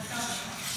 בבקשה.